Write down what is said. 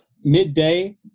midday